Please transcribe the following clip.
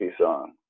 song